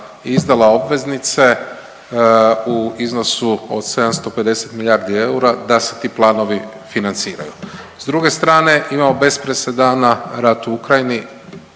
izdala obveznice u iznosu od 750 milijardi eura da se ti planovi financiraju. S druge strane imamo bez presedana rat u Ukrajini,